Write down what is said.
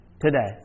today